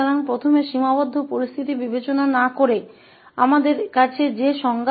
तो पहले सीमित स्थिति पर विचार किए बिना